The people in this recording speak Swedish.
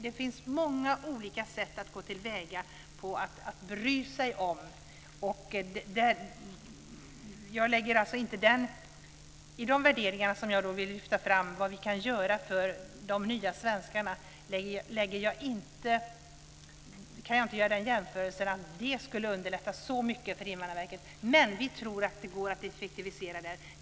Det finns många olika sätt att gå till väga på och bry sig om. I de värderingar som jag vill lyfta fram om vad vi kan göra för de nya svenskarna kan jag inte göra den jämförelsen att det skulle underlätta så mycket för Invandrarverket. Men vi tror att det går att effektivisera där.